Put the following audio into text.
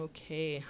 Okay